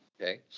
Okay